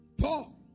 Paul